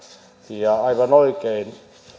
ja aivan oikein